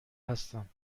هستم